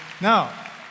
Now